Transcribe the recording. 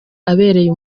abereye